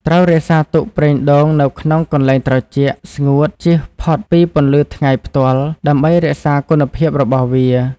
ត្រូវរក្សាទុកប្រេងដូងនៅក្នុងកន្លែងត្រជាក់ ស្ងួត ជៀសផុតពីពន្លឺថ្ងៃផ្ទាល់ ដើម្បីរក្សាគុណភាពរបស់វា។